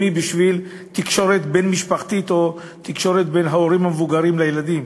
חיוני לתקשורת בין-משפחתית או לתקשורת בין ההורים המבוגרים לילדים.